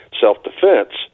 self-defense